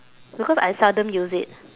because I seldom use it